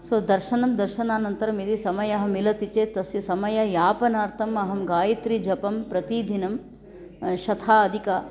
सो दर्शनं दर्शनानन्तरं यदि समयः मिलति चेत् तस्य समययापनार्थम् अहं गायत्रीजपं प्रतिदिनं शत अदिक